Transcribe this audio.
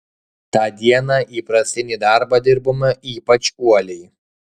tą dieną įprastinį darbą dirbome ypač uoliai